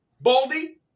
Baldy